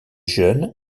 jeune